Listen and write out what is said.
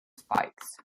spikes